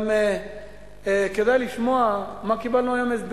גם כדאי לשמוע מה קיבלנו היום, הסברים.